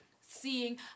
seeing